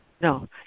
no